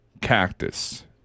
cactus